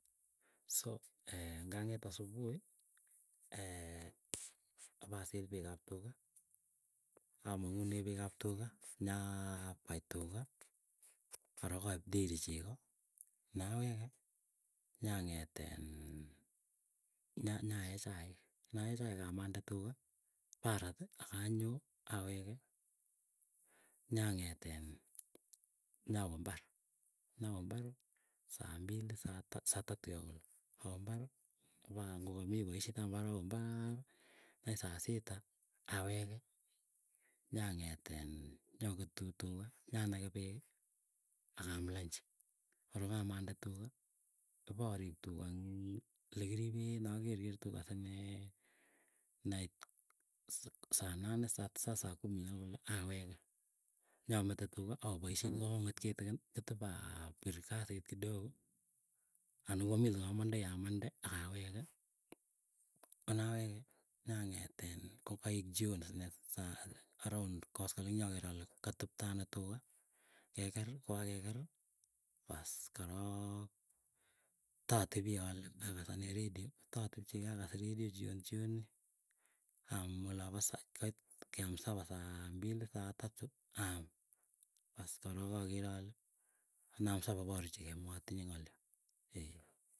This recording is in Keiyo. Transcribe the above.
So ngang'et asubui ama sil peek ap tuga, amang'une peekap tuga nyaa pai tuga. Arok aip dairy chego, laweke nyang'etiin nyae chaik, nae chaik amande tuga, parati akanyoo. Awege nyang'etiin nyawe mbarr nyawe mbarr saa mbili, saa tatu yoo kole awee mbarri ipaa ngokamii poisyet ap imbarr awembarr nait saa sita, awege nyang'etin nyaketu tuga nyanage peek akaam lunch. Korok amande tuga iporip tuiga iing lekiripeen akerker tuga sinee. Nait sanane saa tisa saa kumi yoo kole awege. Nyamete tuga awepoisyee chukakang'et kitikini kitipaa piir kasit kidogo, ala kokamii lakamandoi amande akaweke konaweke nyang'eetin kokaek jioni sinee saa around koskoleng yoker ale kateptoano tuga keker kokakeker baas korook. Tatepiii ale akas anee radio, tatepchigei akas radio jioni jioni aam olopo koit keam supper saa mbili saa tatu aam paas korok akere alee konam supper paruchikei matinye ng'alio.